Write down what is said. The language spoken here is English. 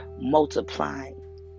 multiplying